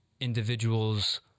individuals